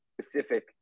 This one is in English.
specific